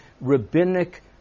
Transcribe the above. rabbinic